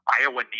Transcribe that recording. Iowa